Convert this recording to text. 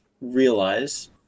realize